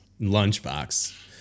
Lunchbox